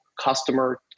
customer